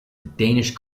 danish